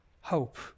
hope